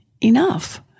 enough